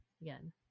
again